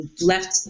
left